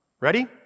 Ready